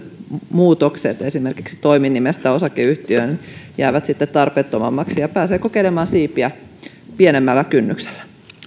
muutokset esimerkiksi toiminimestä osakeyhtiöön jäävät tarpeettomiksi ja pääsee kokeilemaan siipiään pienemmällä kynnyksellä